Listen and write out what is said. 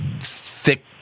thick